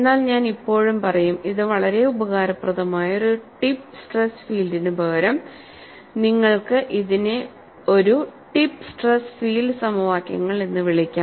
എന്നാൽ ഞാൻ ഇപ്പോഴും പറയും ഇത് വളരെ ഉപകാരപ്രദമായ ഒരു ടിപ്പ് സ്ട്രെസ് ഫീൽഡിനുപകരം നിങ്ങൾക്ക് ഇതിനെ ഒരു ടിപ്പ് സ്ട്രെസ് ഫീൽഡ് സമവാക്യങ്ങൾ എന്ന് വിളിക്കാം